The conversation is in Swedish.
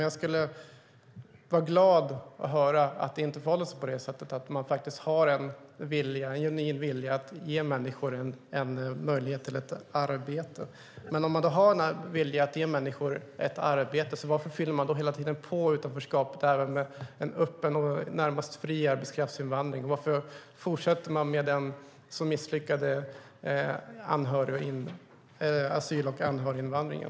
Jag vore glad om jag fick höra att det inte förhåller sig på det sättet, utan att man har en genuin vilja att ge människor möjlighet till arbete. Om den viljan finns undrar jag varför man i så fall hela tiden fyller på utanförskapet med en öppen och närmast fri arbetskraftsinvandring. Varför fortsätter man med den misslyckade asyl och anhöriginvandringen?